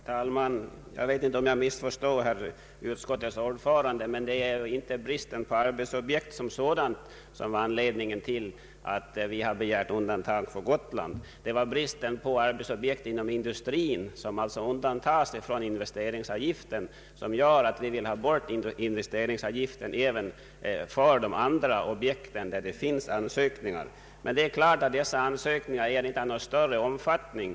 Herr talman! Jag vet inte om jag missförstod utskottets ordförande, men det är inte bristen på arbetsobjekt som sådan som var anledningen till att vi begärde undantag beträffande investeringsavgiften för Gotland utan det var bristen på arbetsobjekt inom industrin. Vi vill därför slopa investeringsavgiften även för andra objekt där det föreligger ansökningar. Dessa ansökningar är självfallet inte av någon större omfattning.